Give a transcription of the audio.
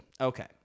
Okay